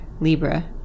Libra